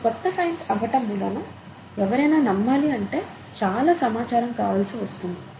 ఇది కొత్త సైన్స్ అవ్వటం మూలాన ఎవరైనా నమ్మాలి అంటే చాలా సమాచారం కావాల్సి వస్తుంది